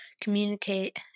communicate